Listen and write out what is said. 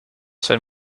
zijn